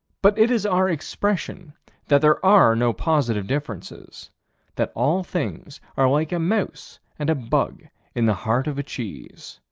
but it is our expression that there are no positive differences that all things are like a mouse and a bug in the heart of a cheese.